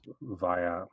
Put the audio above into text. via